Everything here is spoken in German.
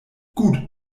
gut